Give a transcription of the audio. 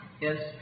Yes